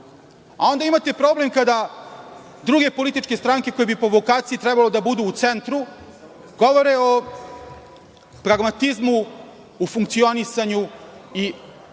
a onda imate problem kada druge političke stranke koje bi po vokaciji trebale da budu u centru govore o pragmatizmu u funkcionisanju države.